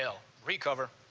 so recover